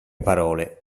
parole